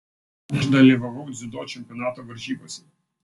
aš dalyvavau dziudo čempionato varžybose